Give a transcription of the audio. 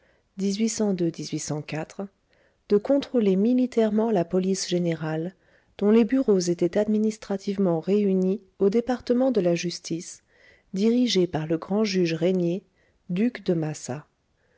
de contrôler militairement la police générale dont les bureaux étaient administrativement réunis au département de la justice dirigé par le grand-juge régnier duc de massa